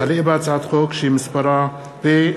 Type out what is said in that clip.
עפר שלח,